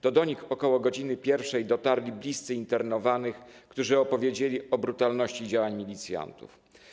To do nich ok. godz. 1 dotarli bliscy internowanych, którzy opowiedzieli o brutalności działań milicjantów.